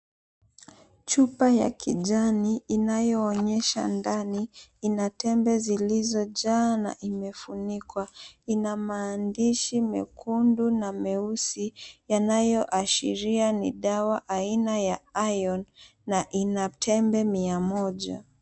Chupa ya kijani inayoonyesha ndani, ina tembe zilizojaa na imefunikwa. Ina maandishi mekundu na meusi, yanayoashiria ni dawa aina ya Iron, na ina tembe mia moja.